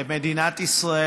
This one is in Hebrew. למדינת ישראל,